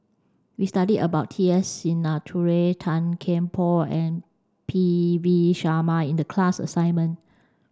we studied about T S Sinnathuray Tan Kian Por and P V Sharma in the class assignment